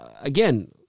again